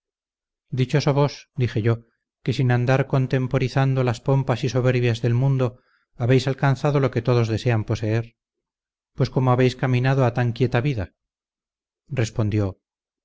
vos dije yo que sin andar contemporizando las pompas y soberbias del mundo habéis alcanzado lo que todos desean poseer pues cómo habéis caminado a tan quieta vida respondió